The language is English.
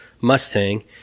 Mustang